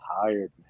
tired